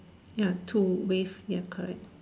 ya two ways ya correct